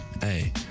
Hey